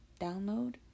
download